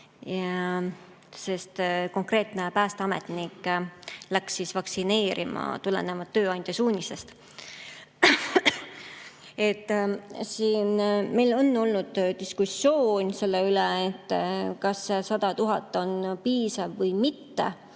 sest konkreetne päästeametnik läks vaktsineerima tulenevalt tööandja suunisest. Siin meil on olnud diskussioon selle üle, kas 100 000 on piisav või mitte.